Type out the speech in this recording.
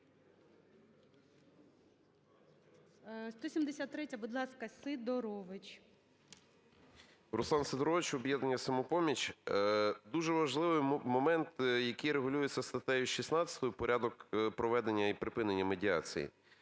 13:47:40 СИДОРОВИЧ Р.М. Руслан Сидорович, "Об'єднання "Самопоміч". Дуже важливий момент, який регулюється статтею 16: порядок проведення і припинення медіації,